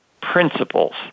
principles